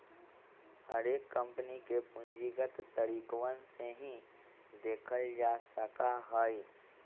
हर एक कम्पनी के पूंजीगत तरीकवन से ही देखल जा सका हई